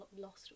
lost